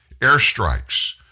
Airstrikes